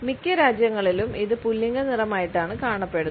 മിക്ക രാജ്യങ്ങളിലും ഇത് പുല്ലിംഗ നിറമായിട്ടാണ് കാണപ്പെടുന്നത്